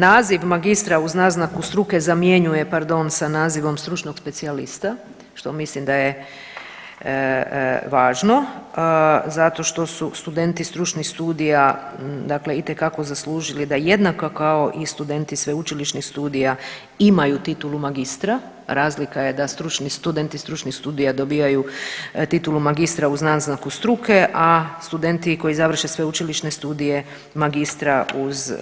Naziv magistra uz naznaku struke zamjenjuje pardon sa nazivom stručnog specijalista što mislim da je važno zato što su studenti stručnih studija dakle itekako zaslužili da jednako kao i studenti sveučilišnih studija imaju titulu magistra, razlika je da stručni studenti stručnih studija dobijaju titulu magistra uz naznaku struke, a studenti koji završe sveučilišne studije magistra uz